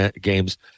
games